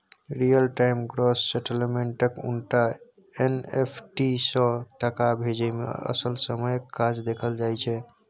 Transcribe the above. real time gross सेटलमेंटक उनटा NFT सँ टका भेजय मे असल समयक काज देखल जाइ छै